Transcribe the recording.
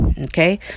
okay